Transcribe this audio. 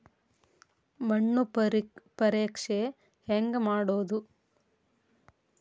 ಮಣ್ಣು ಪರೇಕ್ಷೆ ಹೆಂಗ್ ಮಾಡೋದು?